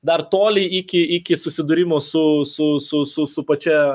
dar toli iki iki susidūrimo su su su su pačia